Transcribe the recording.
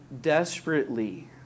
desperately